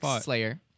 slayer